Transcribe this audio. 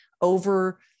over